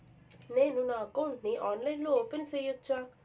నేను నా అకౌంట్ ని ఆన్లైన్ లో ఓపెన్ సేయొచ్చా?